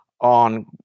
on